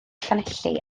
llanelli